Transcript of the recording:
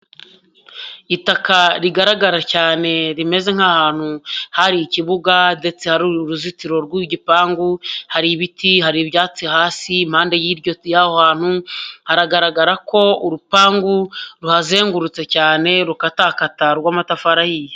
Itaka rigaragara cyane rimeze nk'ahantu hari ikibuga ndetse hari uruzitiro rw'igipangu, hari ibiti, hari ibyatsi hasi impande y'aho hantu haragaragara ko urupangu ruhazengurutse cyane rukatakata rw'amatafari ayihe.